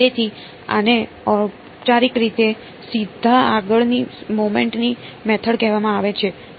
તેથી આને ઔપચારિક રીતે સીધા આગળની મોમેન્ટ ની મેથડ કહેવામાં આવે છે